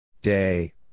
Day